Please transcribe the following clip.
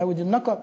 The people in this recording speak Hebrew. "תהוויד א-נקב".